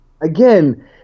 Again